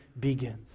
begins